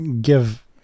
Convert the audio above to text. give